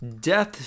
Death